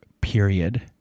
period